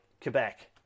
Quebec